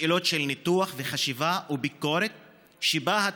שאלות של ניתוח וחשיבה וביקורת שבהן